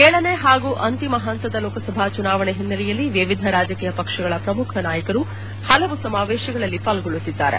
ಏಳನೇ ಹಾಗೂ ಅಂತಿಮ ಹಂತದ ಲೋಕಸಭಾ ಚುನಾವಣೆ ಹಿನ್ನೆಲೆಯಲ್ಲಿ ವಿವಿಧ ರಾಜಕೀಯ ಪಕ್ಷಗಳ ಪ್ರಮುಖ ನಾಯಕರು ಹಲವು ಸಮಾವೇಶಗಳಲ್ಲಿ ಪಾಲ್ಗೊಳ್ಳುತ್ತಿದ್ದಾರೆ